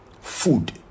food